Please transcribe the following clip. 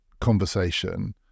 conversation